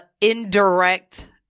indirect